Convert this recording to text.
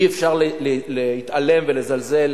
אי-אפשר להתעלם ולזלזל